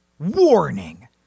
Warning